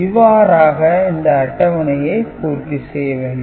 இவ்வாறாக இந்த அட்டவணையை பூர்த்தி செய்ய வேண்டும்